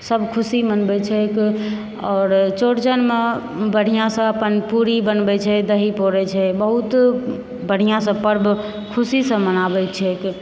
सभ खुशी मनबैत छैक आओर चौरचनमे बढ़िआँसँ अपन पूरी बनबैत छै दही पौरैत छै बहुत बढ़िआँसँ पर्व खुशीसँ मनाबैत छैक